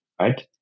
Right